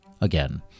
again